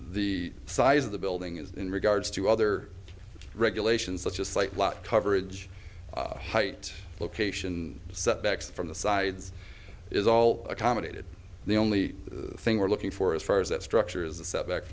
the size of the building is in regards to other regulations such as site lot coverage height location setbacks from the sides is all accommodated the only thing we're looking for as far as that structure is a step back